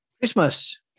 Christmas